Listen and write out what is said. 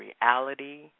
reality